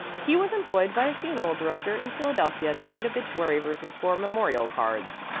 he was employed by a funeral director in philadelphia to write obituary verses for memorial cards.